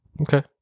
okay